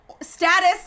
status